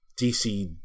DC